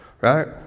right